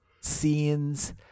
scenes